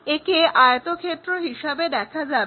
একে আয়তক্ষেত্র হিসেবে দেখা যাবে